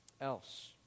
else